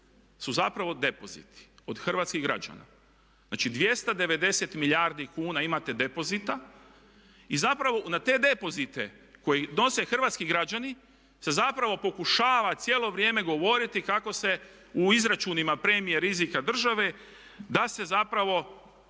su zapravo depoziti od hrvatskih građana. Znači, 290 milijardi kuna imate depozita i zapravo na te depozite koje nose hrvatski građani se zapravo pokušava cijelo vrijeme govoriti kako se u izračunima premije rizika države da se zapravo